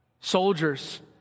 Soldiers